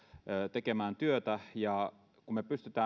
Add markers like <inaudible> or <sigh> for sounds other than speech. tekemään työtä ja kun me pystymme <unintelligible>